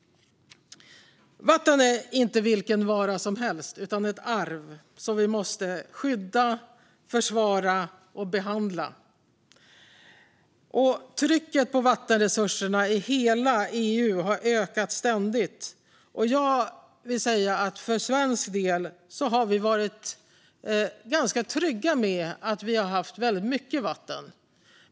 Vatten är inte vilken vara som helst utan ett arv som vi måste skydda, försvara och behandla. Trycket på vattenresurserna i hela EU har ständigt ökat. För svensk del har vi varit ganska trygga med att vi har haft väldigt mycket vatten.